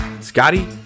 scotty